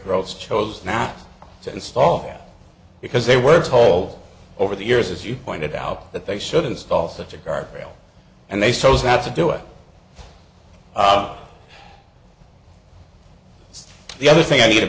oats chose not to install because they were told over the years as you pointed out that they should install such a guardrail and they so chose not to do it and the other thing i need to